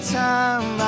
time